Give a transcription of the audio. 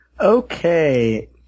Okay